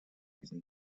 diesen